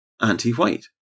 anti-white